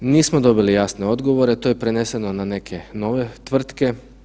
Nismo dobili jasne odgovore, to je preneseno na neke nove tvrtke.